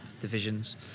divisions